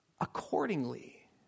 accordingly